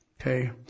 Okay